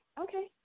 okay